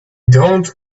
dont